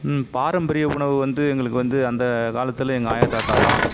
ம் பாரம்பரிய உணவு வந்து எங்களுக்கு வந்து அந்த காலத்தில் எங்கள் ஆயா தாத்தாயெல்லாம்